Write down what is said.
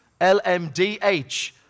LMDH